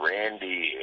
Randy